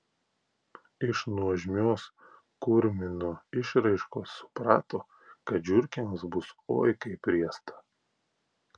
iš nuožmios kurmino išraiškos suprato kad žiurkėms bus oi kaip riesta